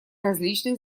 различных